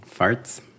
farts